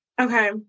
Okay